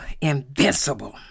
invincible